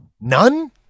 None